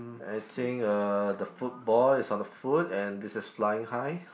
I think uh the football is on the foot and this is flying high